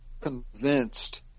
convinced